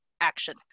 action